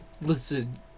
listen